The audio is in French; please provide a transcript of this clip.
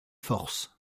force